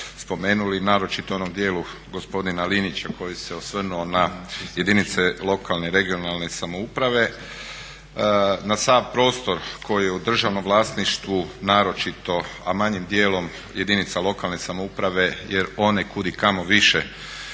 spomenuli naročito u onom djelu gospodina Linića koji se osvrnuo na jedinice lokalne i regionalne samouprave na sav prostor koji je u državnom vlasništvu naročito, a manjim djelom jedinica lokalne samouprave jer one kud i kamo više